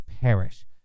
perish